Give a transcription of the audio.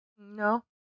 No